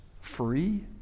free